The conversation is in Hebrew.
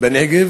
בנגב